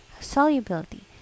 Solubility